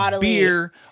beer